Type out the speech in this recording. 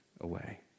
away